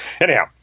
anyhow